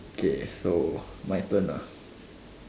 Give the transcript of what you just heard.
okay so my turn ah